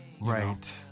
right